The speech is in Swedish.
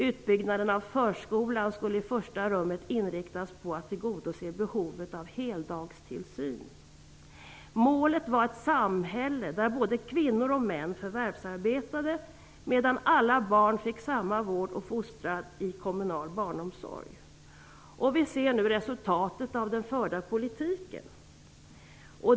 Utbyggnaden av förskolan skulle i första rummet inriktas på att tillgodose behovet av heldagstillsyn. Målet var ett samhälle där både kvinnor och män förvärvsarbetade, medan alla barn fick samma vård och fostran i kommunal barnomsorg. Vi ser nu resultatet av den förda politiken.